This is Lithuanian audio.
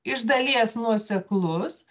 iš dalies nuoseklus